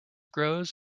grows